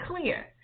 clear